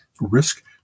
risk